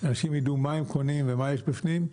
שאנשים יידעו מה הם קונים ומה יש בפנים.